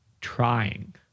trying